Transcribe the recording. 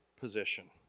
position